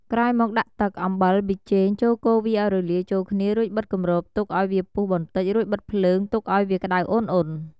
ក្រោយមកដាក់ទឹក អំបិល ប៊ីចេងចូលកូរវាឱ្យរលាយចូលគ្នា រួចបិទគម្របទុកឱ្យវាពុះបន្តិច រួចបិទភ្លើងទុកឱ្យវាក្តៅអ៊ុនៗ។